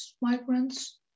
migrants